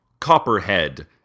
Copperhead